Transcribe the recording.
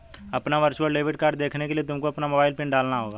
अपना virtual debit card देखने के लिए तुमको अपना मोबाइल पिन डालना होगा